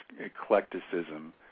eclecticism